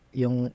yung